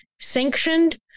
sanctioned